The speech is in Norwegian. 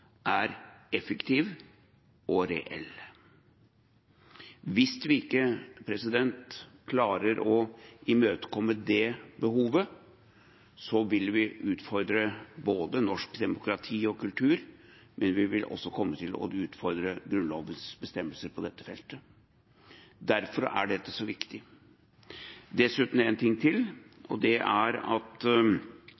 er effektiv og reell. Hvis vi ikke klarer å imøtekomme det behovet, vil vi utfordre både norsk demokrati og norsk kultur, men vi vil også komme til å utfordre Grunnlovens bestemmelser på dette feltet. Derfor er dette så viktig. Dessuten én ting til: